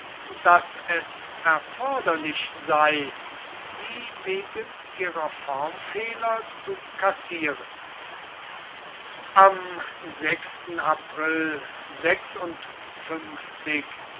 daß es erforderlich sei sie wegen ihrer formfehler zu kassieren am april